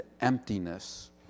emptiness